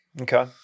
Okay